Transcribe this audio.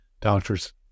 doctors